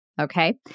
Okay